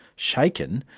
shaken,